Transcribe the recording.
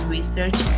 Research